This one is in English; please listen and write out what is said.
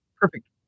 perfect